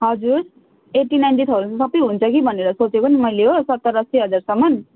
हजुर eighty ninety थाउजन्डमा सबै हुन्छ कि भनेर सोचेको नि मैले हो सत्तर असी हजारसम्म